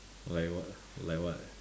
like what like what